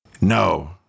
No